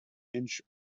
inch